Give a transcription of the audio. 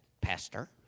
pastor